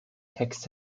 text